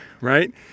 right